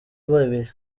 babiri